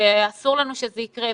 ואסור לנו שזה יקרה.